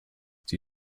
sie